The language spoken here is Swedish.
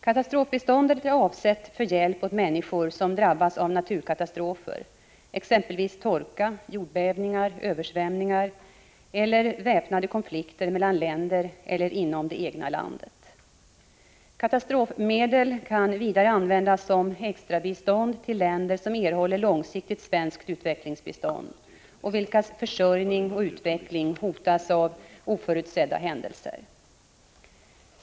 Katastrofbiståndet är avsett för hjälp åt människor som drabbats av naturkatastrofer — exempelvis torka, jordbävningar och översvämningar — eller väpnade konflikter mellan länder eller inom det egna landet. Katastrofmedel kan vidare användas som extrabistånd till länder som erhåller långsiktigt svenskt utvecklingsbistånd och vilkas försörjning och utveckling hotas av oförutsedda händelser.